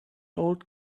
old